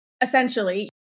essentially